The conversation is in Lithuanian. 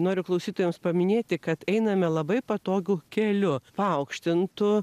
noriu klausytojams paminėti kad einame labai patogiu keliu paaukštintu